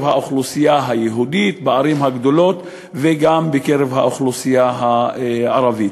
האוכלוסייה היהודית בערים הגדולות וגם בקרב האוכלוסייה הערבית.